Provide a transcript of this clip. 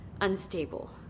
unstable